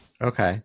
Okay